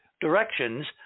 directions